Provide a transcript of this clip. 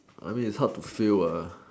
I mean it's hard to fail uh